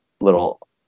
little